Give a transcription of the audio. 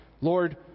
Lord